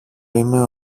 είμαι